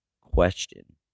question